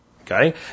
Okay